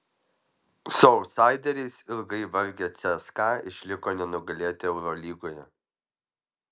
su autsaideriais ilgai vargę cska išliko nenugalėti eurolygoje